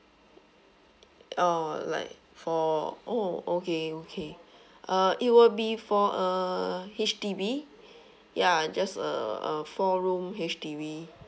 oh like for oh okay okay uh it will be for a H_D_B ya just a uh four room H_D_B